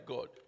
God